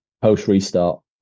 post-restart